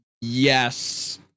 Yes